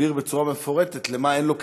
הסביר בצורה מפורטת למה אין לו כסף.